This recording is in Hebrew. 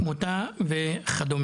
תמותה ועוד,